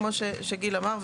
כמו שגיל אמר,